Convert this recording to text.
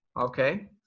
Okay